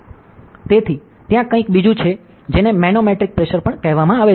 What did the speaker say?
તેથી ત્યાં કંઈક બીજું છે જેને મેનોમેટ્રિક પ્રેશર પણ કહેવામાં આવે છે